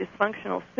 dysfunctional